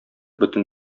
бөтен